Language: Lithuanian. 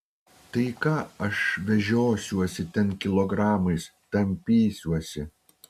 tai ką aš vežiosiuosi ten kilogramais tampysiuosi